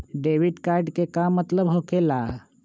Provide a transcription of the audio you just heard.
Debit card के का मतलब होकेला?